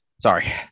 Sorry